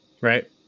right